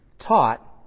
taught